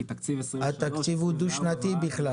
התקציב הוא דו-שנתי בכלל